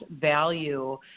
value